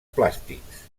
plàstics